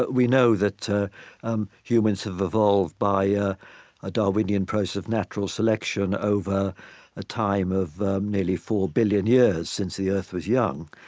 we know that um humans have evolved by ah a darwinian process of natural selection over a time of nearly four billion years, since the earth was young.